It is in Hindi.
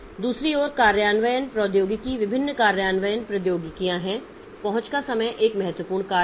दूसरी ओर कार्यान्वयन प्रौद्योगिकी विभिन्न कार्यान्वयन प्रौद्योगिकियां हैं पहुंच का समय एक महत्वपूर्ण कारक है